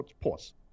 pause